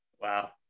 Wow